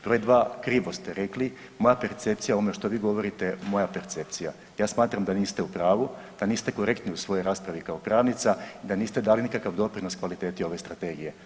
Broj dva, krivo ste rekli moja percepcija, ono što vi govorite moja percepcija, ja smatram da niste u pravu, da niste korektni u svojoj raspravi kao pravnica i da niste dali nikakav doprinos kvaliteti ove Strategije.